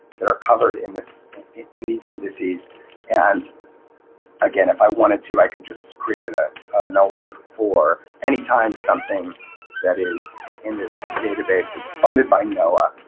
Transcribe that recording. that are covered in this in these indices and again, if i wanted to i could just create a null lurk for any time something that is in this database that's funded by noah.